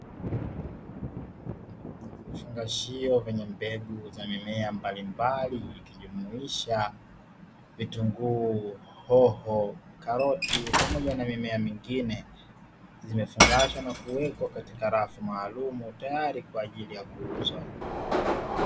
Vifungashio vyenye mbegu za mimea mbalimbali vikijumuisha vitunguu, hoho, karoti pamoja na mimea mingine zimefungashwa na kuwekwa katika rafu maalumu tayari kwa kuuzwa.